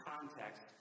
context